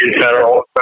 federal